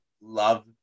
love